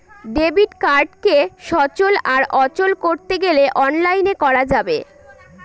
debit কার্ডকে সচল আর অচল করতে গেলে অনলাইনে করা যাবে